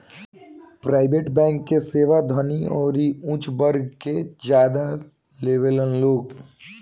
private bank के सेवा धनी अउरी ऊच वर्ग के ज्यादा लेवेलन लोग